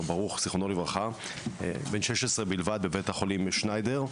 ברוך זכרונו לברכה בן 16 בלבד בבית החולים שניידר.